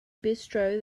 bistro